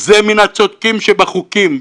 זה מן הצודקים שבחוקים,